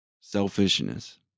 selfishness